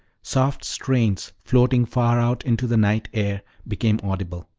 soft strains floating far out into the night-air became audible,